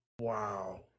Wow